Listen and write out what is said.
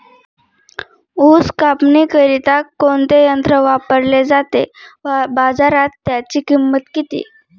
ऊस कापणीकरिता कोणते यंत्र वापरले जाते? बाजारात त्याची किंमत किती?